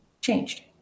changed